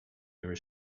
your